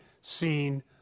seen